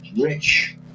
rich